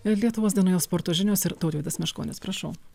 lietuvos dienoje sporto žinios ir tautvydas meškonis prašau